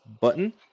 button